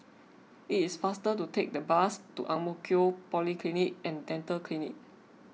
it is faster to take the bus to Ang Mo Kio Polyclinic and Dental Clinic